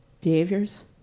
behaviors